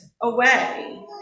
away